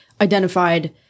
identified